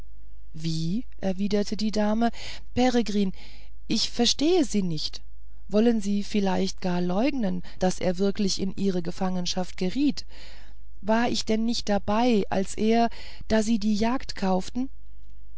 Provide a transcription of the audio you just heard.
wie erwiderte die dame peregrin ich verstehe sie nicht wollen sie vielleicht gar leugnen daß er wirklich in ihre gefangenschaft geriet war ich denn nicht dabei als er da sie die jagd kauften